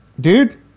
dude